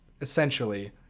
essentially